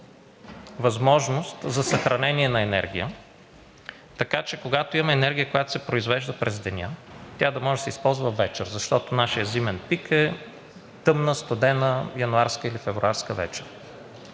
възможност за съхранение на енергия, така че, когато имаме енергия, която се произвежда през деня, тя да може да се използва вечер, защото нашият зимен пик е тъмна, студена януарска или февруарска вечер.